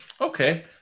Okay